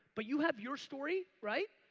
but you have your story, right,